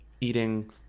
Eating